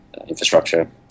infrastructure